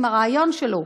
עם הרעיון שלו,